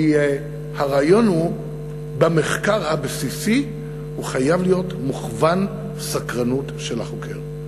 כי הרעיון הוא שמחקר הבסיסי חייב להיות מוכוון סקרנות של החוקר.